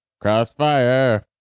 Crossfire